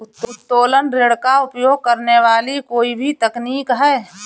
उत्तोलन ऋण का उपयोग करने वाली कोई भी तकनीक है